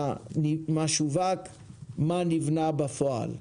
מה שווק ומה נבנה בפועל.